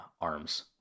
arms